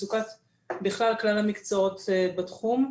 מצוקה שבכלל היא בכלל המקצועות בתחום הרפואה.